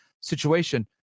situation